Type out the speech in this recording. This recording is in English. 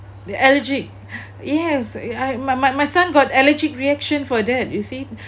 the allergic yes I my my my son got allergic reaction for that you see